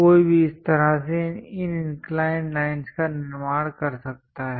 कोई भी इस तरह से इन इंक्लाइंड लाइंस का निर्माण कर सकता है